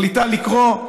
היא מחליטה לקרוא,